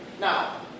Now